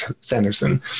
Sanderson